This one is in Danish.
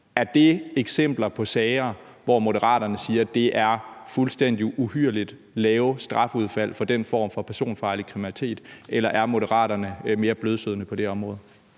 Er det eksempler på sager, hvor Moderaterne siger, at det er et fuldstændig uhyrlig lavt strafudfald for den form for personfarlig kriminalitet, eller er Moderaterne mere blødsødne på det område?